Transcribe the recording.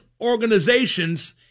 organizations